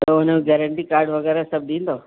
त उनमें guarantee card वगै़रह सभु ॾींदव